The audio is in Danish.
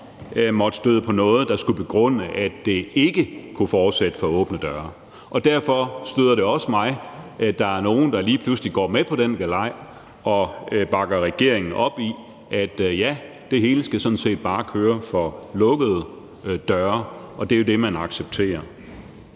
måtte støde på noget, der skulle begrunde, at det ikke kunne fortsætte for åbne døre. Derfor støder det mig også, at der er nogle, der lige pludselig går med på den galej og bakker regeringen op i, at ja, det hele skal sådan set bare køre for lukkede døre. Det er jo det, man accepterer.